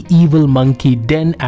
evilmonkeyden